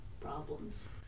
problems